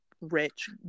rich